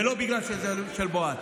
זה לא בגלל שזה של בועז.